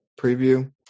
preview